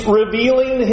revealing